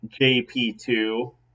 JP2